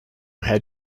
had